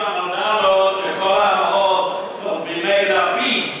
אדוני היושב-ראש,